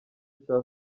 cya